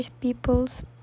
people's